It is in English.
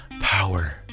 power